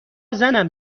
زنم